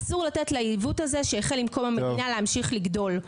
אסור לתת לעיוות הזה שהחל עם קום המדינה להמשיך לגדול.